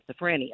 schizophrenia